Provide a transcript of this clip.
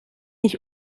nicht